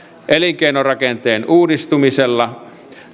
elinkeinorakenteen uudistumisella